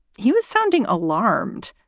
he was sounding alarmed,